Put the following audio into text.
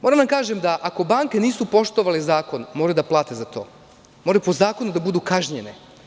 Moram da vam kažem da, ako banke nisu poštovale zakon, moraju da plate za to i moraju po zakonu da budu kažnjene.